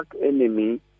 enemy